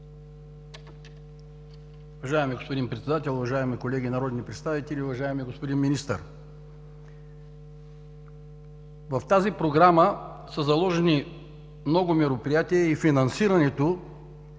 В тази Програма са заложени много мероприятия и финансирането